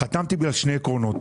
אני חתמתי בגלל שני עקרונות.